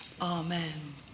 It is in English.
Amen